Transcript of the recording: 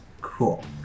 Cool